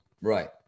Right